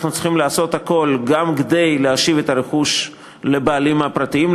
אנחנו צריכים לעשות הכול גם כדי להשיב את הרכוש לבעלים הפרטיים,